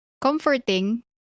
comforting